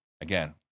again